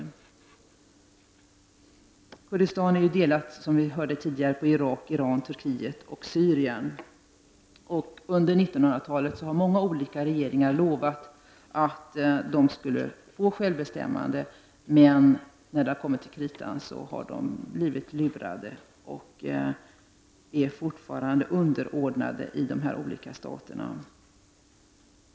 Som vi hörde är Kurdistan i dag delat mellan Irak, Iran, Turkiet och Syrien. Under 1900-talet har många olika regeringar lovat kurderna självbestämmande, men när det kommit till kritan har de blivit lurade. De är fortfarande underordnade de nämnda staterna.